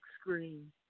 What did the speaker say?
screen